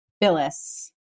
Phyllis